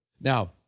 Now